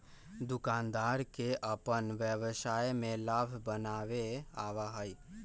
दुकानदार के अपन व्यवसाय में लाभ बनावे आवा हई